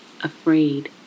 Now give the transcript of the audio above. afraid